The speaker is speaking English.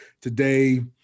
today